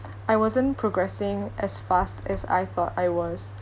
I wasn't progressing as fast as I thought I was